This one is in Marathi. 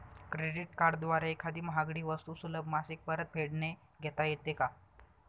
क्रेडिट कार्डद्वारे एखादी महागडी वस्तू सुलभ मासिक परतफेडने घेता येते का?